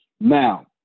Now